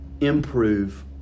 improve